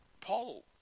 paul